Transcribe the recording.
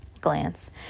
glance